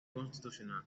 constitucional